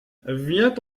vient